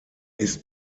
ist